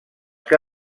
que